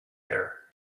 care